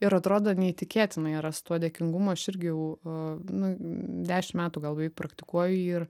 ir atrodo neįtikėtinai yra su tuo dėkingumu aš irgi jau nu dešimt metų galbūt praktikuoju jį ir